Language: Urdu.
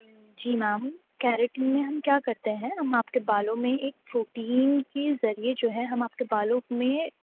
جی میم کیریٹن میں ہم کیا کرتے ہیں ہم آپ کے بالوں میں ایک پروٹین کے ذریعے جو ہے ہم آپ کے بالوں میں